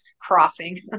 crossing